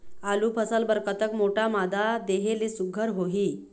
आलू फसल बर कतक मोटा मादा देहे ले सुघ्घर होही?